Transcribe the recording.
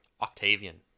Octavian